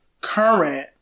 current